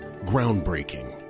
Groundbreaking